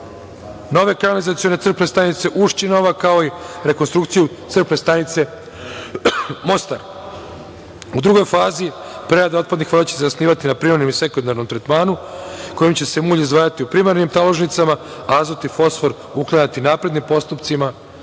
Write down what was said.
nove kanalizacione crpne stanice „Uščinova“, kao i rekonstrukciju crpne stanice „Mostar“. U drugoj fazi prerada otpadnih voda će se zasnivati na primarnom i sekundarnom tretmanu kojim će se mulje izdvajati u primarnim taložnicama, a azot i fosfor uklanjati naprednim postupcima